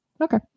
okay